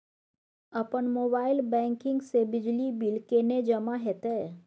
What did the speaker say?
अपन mobile banking से बिजली बिल केने जमा हेते?